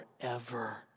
forever